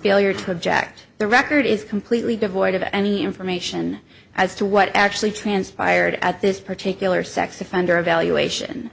failure to object the record is completely devoid of any information as to what actually transpired at this particular sex offender evaluation